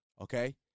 Okay